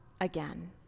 again